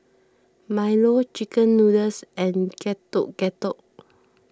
Milo Chicken Noodles and Getuk Getuk